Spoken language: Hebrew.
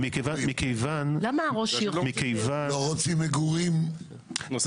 הם לא רוצים מגורים, לא כולם.